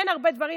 אין הרבה דברים,